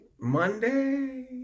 Monday